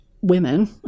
women